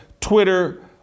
Twitter